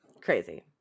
Crazy